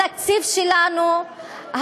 התקציב שלנו,